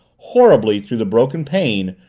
horribly, through the broken pane,